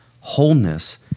Wholeness